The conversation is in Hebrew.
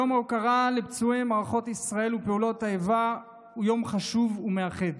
יום ההוקרה לפצועי מערכות ישראל ופעולות האיבה הוא יום חשוב ומאחד,